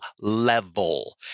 level